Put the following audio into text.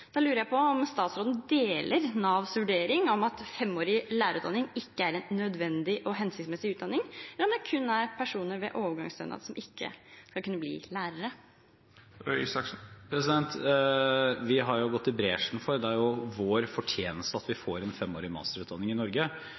Da lurer jeg på om statsråden deler Navs vurdering om at en femårig lærerutdanning ikke er en nødvendig og hensiktsmessig utdanning, eller om det kun er personer med overgangsstønad som ikke bør kunne bli lærere. Vi har gått i bresjen for – det er jo vår fortjeneste – at vi får en femårig masterutdanning i Norge.